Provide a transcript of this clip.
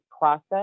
process